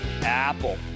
Apple